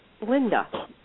Linda